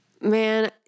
Man